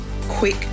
quick